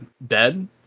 bed